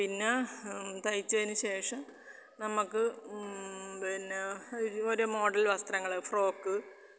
പിന്നെ തയ്ച്ചതിന് ശേഷം നമുക്ക് പിന്നെ ഒരു ഒരു മോഡൽ വസ്ത്രങ്ങൾ ഫ്രോക്ക്